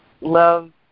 love